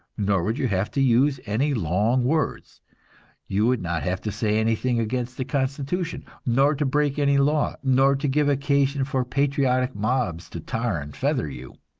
nor would you have to use any long words you would not have to say anything against the constitution, nor to break any law, nor to give occasion for patriotic mobs to tar and feather you.